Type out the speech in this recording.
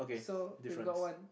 so we've got one